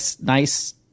nice